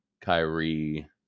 Kyrie